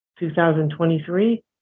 2023